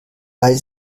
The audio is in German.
weil